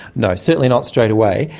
no, certainly not straight away,